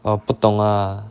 我不懂 lah